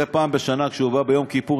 זה פעם בשנה כשהוא בא ביום כיפור,